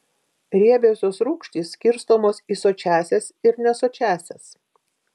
riebiosios rūgštys skirstomis į sočiąsias ir nesočiąsias